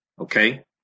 okay